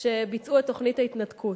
כשביצעו את תוכנית ההתנתקות,